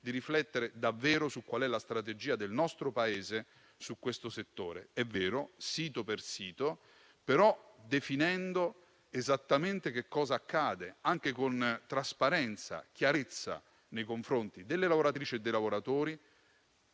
di riflettere davvero su qual è la strategia del nostro Paese in questo settore - è vero - sito per sito, ma definendo esattamente cosa accade, anche con trasparenza e chiarezza nei confronti delle lavoratrici e dei lavoratori